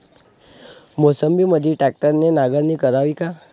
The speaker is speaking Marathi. मोसंबीमंदी ट्रॅक्टरने नांगरणी करावी का?